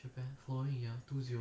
火一样